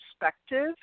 perspective